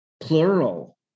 plural